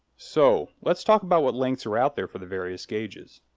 so, let's talk about what lengths are out there for the various gauges.